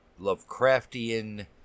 Lovecraftian